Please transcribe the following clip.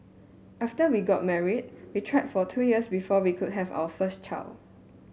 after we got married we tried for two years before we could have our first child